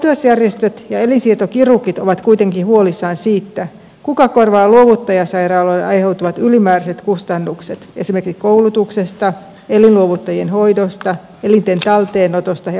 potilasjärjestöt ja elinsiirtokirurgit ovat kuitenkin huolissaan siitä kuka korvaa luovuttajasairaaloille aiheutuvat ylimääräiset kustannukset esimerkiksi koulutuksesta elinluovuttajien hoidosta elinten talteenotosta ja palkkakustannuksista